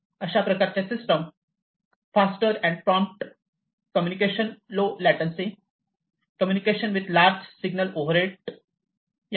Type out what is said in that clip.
अशा प्रकारचे system faster and prompt communication low latency communication with large signal over head